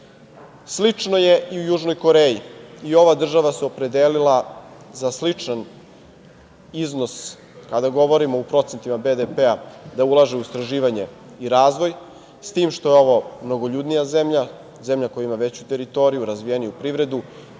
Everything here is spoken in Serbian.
Slično je i u Južnoj Koreji. I ova država se opredelila za sličan iznos BDP-a, kada govorimo u procentima, da ulaže u istraživanje i razvoj, s tim što je ovo mnogoljudnija zemlja, zemlja koja ima veću teritoriju, razvijeniju privredu